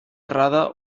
errada